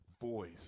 voice